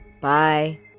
Bye